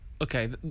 Okay